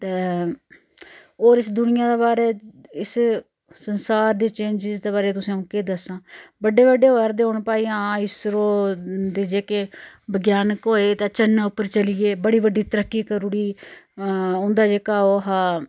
ते होर इस दुनिया दे बारे इस संसार दी चेंजिग दे बारै च तुस अ'ऊं केह् दस्सां बड्डे बड्डे होआ'रदे हून भाई हां इसरो दे जेह्के विज्ञानक होए ते चन्नै उप्पर चली गे बड़ी बड्डी तरक्की कर उड़ी उं'दा जेह्का ओह् हा